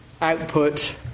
output